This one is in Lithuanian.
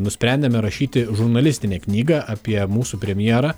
nusprendėme rašyti žurnalistinę knygą apie mūsų premjerą